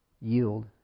yield